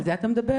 על זה אתה מדבר?